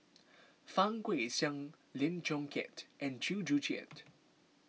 Fang Guixiang Lim Chong Keat and Chew Joo Chiat